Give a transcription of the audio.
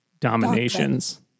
dominations